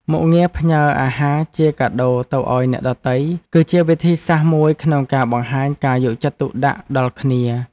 មុខងារផ្ញើអាហារជាកាដូទៅឱ្យអ្នកដទៃ គឺជាវិធីសាស្ត្រមួយក្នុងការបង្ហាញការយកចិត្តទុកដាក់ដល់គ្នា។